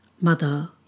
Mother